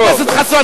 חבר הכנסת חסון,